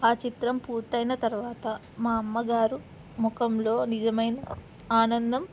ఆ చిత్రం పూర్తయిన తరువాత మా అమ్మగారు ముఖంలో నిజమైన ఆనందం